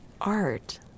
art